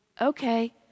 okay